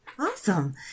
awesome